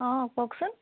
অঁ কওকচোন